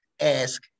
ask